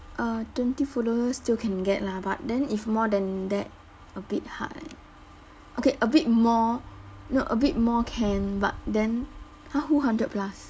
uh twenty followers still can get lah but then if more than that a bit hard okay a bit more ya a bit more can but then !huh! who hundred plus